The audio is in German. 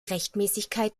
rechtmäßigkeit